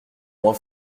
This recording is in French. moins